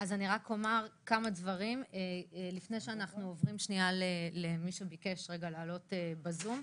אומר כמה דברים לפני שאנחנו עוברים למי שביקש לעלות בזום.